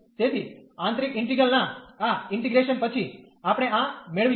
તેથી આંતરિક ઇન્ટિગલ ના આ ઇન્ટીગ્રેશન પછી આપણે આ મેળવીશું